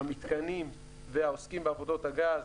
המיתקנים והעוסקים בעבודות הגז,